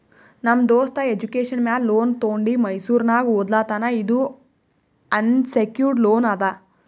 ನಮ್ ದೋಸ್ತ ಎಜುಕೇಷನ್ ಮ್ಯಾಲ ಲೋನ್ ತೊಂಡಿ ಮೈಸೂರ್ನಾಗ್ ಓದ್ಲಾತಾನ್ ಇದು ಅನ್ಸೆಕ್ಯೂರ್ಡ್ ಲೋನ್ ಅದಾ